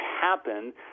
happen